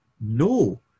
No